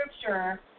Scripture